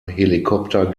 helikopter